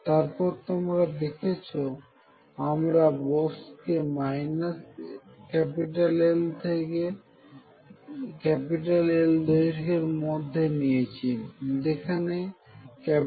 তারপর তোমরা দেখেছো আমরা বক্সকে L থেকে L দৈর্ঘ্যের মধ্যে নিয়েছি যেখানে L→∞